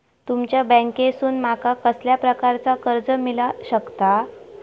तुमच्या बँकेसून माका कसल्या प्रकारचा कर्ज मिला शकता?